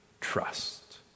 trust